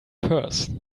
purse